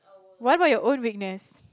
what about your own weakness